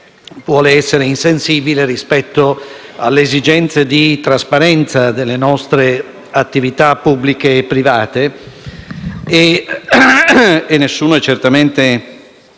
vuole essere insensibile rispetto alle esigenze di trasparenza delle nostre attività pubbliche e private come nessuno è certamente